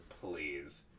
Please